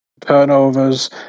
turnovers